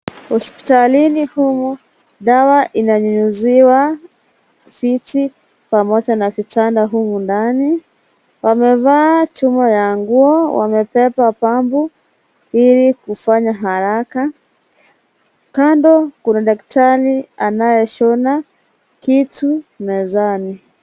Hospitalini humu, dawa inanyunyuziwa viti pamoja na kitanda humu ndani. Wamevaa chuma ya nguo ,wamebeba pampu ili kufanya haraka. Kando kuna daktari anayeshona kitu mezani.